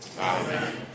Amen